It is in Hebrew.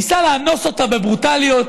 וניסה לאנוס אותה בברוטליות.